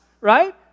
Right